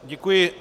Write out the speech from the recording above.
Děkuji.